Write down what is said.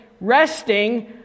resting